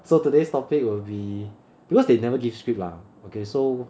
so today's topic will be because they never give script lah okay so